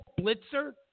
Blitzer